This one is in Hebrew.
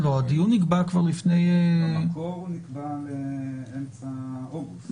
הדיון נקבע כבר לפני --- במקרו הדיון נקבע באמצע אוגוסט.